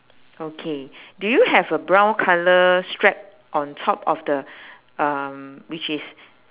okay do you have a brown colour strap on top of the um which is